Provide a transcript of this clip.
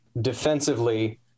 defensively